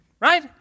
Right